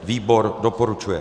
Výbor doporučuje.